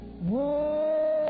Whoa